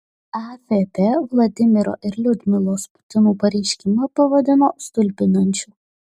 afp vladimiro ir liudmilos putinų pareiškimą pavadino stulbinančiu